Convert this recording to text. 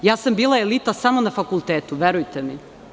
Bila sam elita samo na fakultetu, verujte mi.